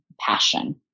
passion